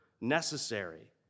necessary